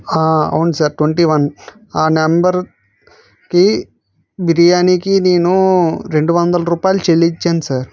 ఆ అవును sir twenty one ఆ నెంబర్కి బిర్యానీకి నేను రెండు వందల రూపాయలు చెల్లించాను సార్